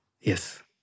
Yes